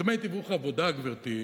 דמי תיווך עבודה, גברתי,